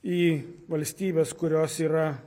į valstybes kurios yra